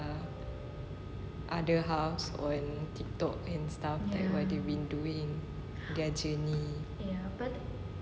other house on TikTok and stuff and they've been doing macam ni